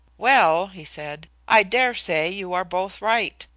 well, he said, i dare say you are both right,